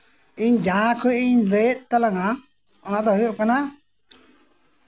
ᱤᱧ ᱡᱟᱦᱟᱸ ᱠᱷᱚᱱᱤᱧ ᱞᱟᱹᱭ ᱮᱫ ᱛᱟᱞᱟᱝᱼᱟ ᱚᱱᱟ ᱫᱚ ᱦᱩᱭᱩᱜ ᱠᱟᱱᱟ